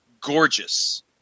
gorgeous